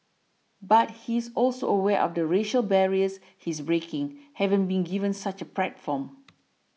but he's also aware of the racial barriers he's breaking having been given such a platform